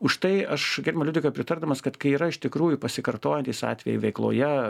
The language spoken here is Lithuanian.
už tai aš gerbiamai liudvikai pritardamas kad kai yra iš tikrųjų pasikartojantys atvejai veikloje